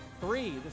Three